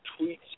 tweets